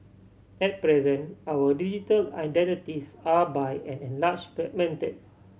at present our digital identities are by and large fragmented